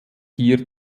hier